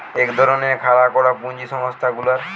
এক ধরণের খাড়া করা পুঁজি সংস্থা গুলার